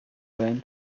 байна